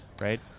right